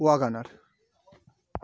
WagonR